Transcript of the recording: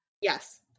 Yes